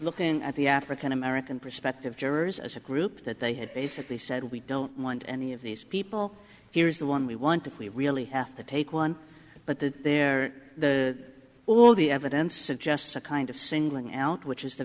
looking at the african american prospective jurors as a group that they had basically said we don't want any of these people here's the one we want to plea really have to take one but that they're all the evidence suggests a kind of singling out which is